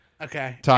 Okay